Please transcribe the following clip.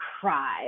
cry